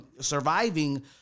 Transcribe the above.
surviving